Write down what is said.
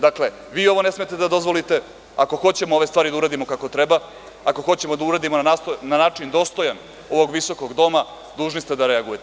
Dakle, vi ovo ne smete da dozvolite, ako hoćemo ove stvari da uradimo kako treba, ako hoćemo da uradimo na način dostojan ovog visokog doma dužni ste da reagujete.